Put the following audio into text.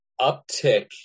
uptick